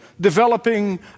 developing